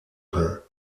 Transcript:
rhin